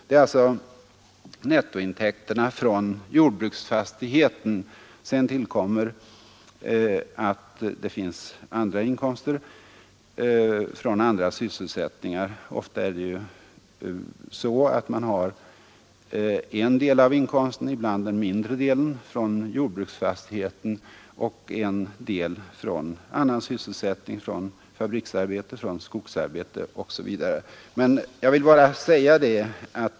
Detta gäller nettointäkter från jordbruksfastigheten. Sedan tillkommer inkomster från andra sysselsättningar. Ofta har man en del av inkomsten, ibland den mindre delen, från jordbruksfastigheten och en del från annan sysselsättning, från fabriksarbete eller skogsarbete osv.